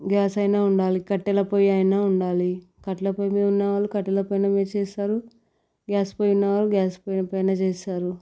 gas అయినా ఉండాలి కట్టెల పొయ్యి అయినా ఉండాలి కట్టెల పొయ్యి మీద ఉన్నవాళ్ళు కట్టెల పొయ్యి మీదనే చేస్తారు గ్యాస్ పొయ్యి ఉన్నవాళ్ళు గ్యాస్ పొయ్యి పైన చేస్తారు